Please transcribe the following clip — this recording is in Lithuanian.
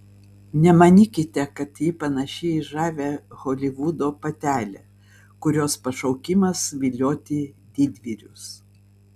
nemanykite kad ji panaši į žavią holivudo patelę kurios pašaukimas vilioti didvyrius